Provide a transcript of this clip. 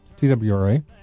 TWRA